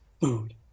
food